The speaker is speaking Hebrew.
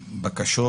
בקשות,